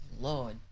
Lord